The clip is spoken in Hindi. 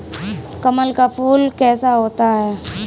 कमल का फूल कैसा होता है?